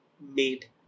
made